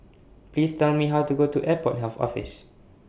Please Tell Me How to get to Airport Health Office